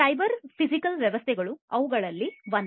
cyber physical ವ್ಯವಸ್ಥೆಗಳು ಅವುಗಳಲ್ಲಿ ಒಂದು